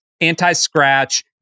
anti-scratch